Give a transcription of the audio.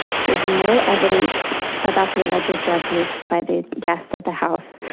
there's no evidence about the alleged drug use by the guests at the house,